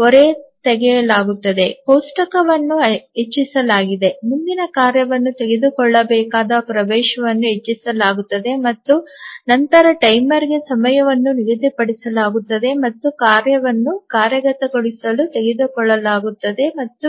ಹೊರತೆಗೆಯಲಾಗುತ್ತದೆ ಕೋಷ್ಟಕವನ್ನು ಹೆಚ್ಚಿಸಲಾಗಿದೆ ಮುಂದಿನ ಕಾರ್ಯವನ್ನು ತೆಗೆದುಕೊಳ್ಳಬೇಕಾದ ಪ್ರವೇಶವನ್ನು ಹೆಚ್ಚಿಸಲಾಗುತ್ತದೆ ಮತ್ತು ನಂತರ ಟೈಮರ್ಗೆ ಸಮಯವನ್ನು ನಿಗದಿಪಡಿಸಲಾಗುತ್ತದೆ ಮತ್ತು ಕಾರ್ಯವನ್ನು ಕಾರ್ಯಗತಗೊಳಿಸಲು ತೆಗೆದುಕೊಳ್ಳಲಾಗುತ್ತದೆ ಮತ್ತು ಹೀಗೆ